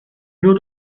nur